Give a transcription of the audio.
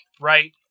right